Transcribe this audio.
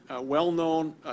well-known